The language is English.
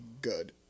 good